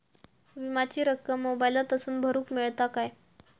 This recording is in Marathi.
विमाची रक्कम मोबाईलातसून भरुक मेळता काय?